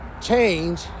change